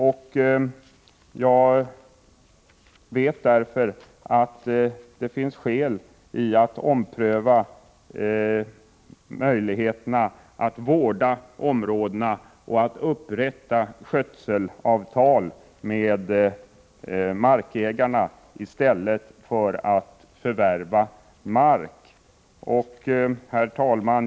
Jag vet att det finns större skäl att ompröva möjligheterna till vård och att upprätta skötselavtal med markägarna än att förvärva mera mark. Herr talman!